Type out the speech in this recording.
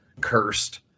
cursed